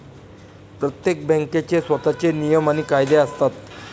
प्रत्येक बँकेचे स्वतःचे नियम आणि कायदे असतात